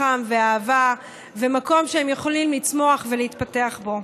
חם ואהבה ומקום שהם יכולים לצמוח ולהתפתח בו.